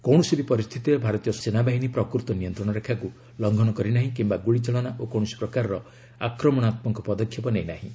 କୌଣସି ବି ପରିସ୍ଥିତିରେ ଭାରତୀୟ ସେନାବାହିନୀ ପ୍ରକୃତ ନିୟନ୍ତ୍ରଣରେଖାକୁ ଲଙ୍ଘନ କରିନାହିଁ କିମ୍ବା ଗୁଳିଚାଳନା ଓ କୌଣସି ପ୍ରକାରର ଆକ୍ରମଣାତ୍ମକ ପଦକ୍ଷେପ ନେଇନାହିଁ